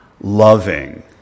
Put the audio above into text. loving